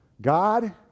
God